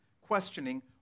questioning